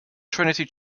trinity